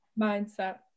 mindset